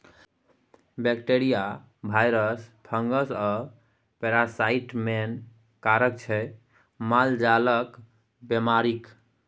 bacteria, virus, fungus आ parasite main कारक छै मालजालक बेमारीक